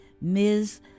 Ms